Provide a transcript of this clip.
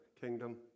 kingdom